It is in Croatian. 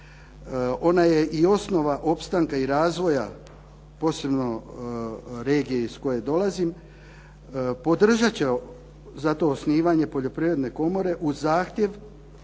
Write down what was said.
ona je i osnova opstanka i razvoja, posebno regije iz koje dolazim, podržati će zato osnivanje Poljoprivredne komore uz zahtjev